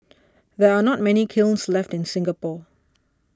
there are not many kilns left in Singapore